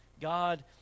God